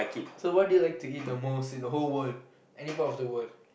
so what do you like to eat the most in the whole world any part of the world